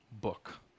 book